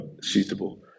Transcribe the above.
suitable